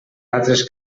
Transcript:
altres